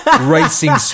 Racing